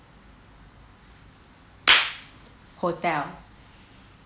hotel